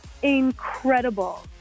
Incredible